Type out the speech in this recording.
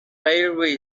railway